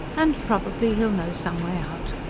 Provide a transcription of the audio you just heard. and probably he'll know some way out.